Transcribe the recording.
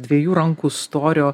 dviejų rankų storio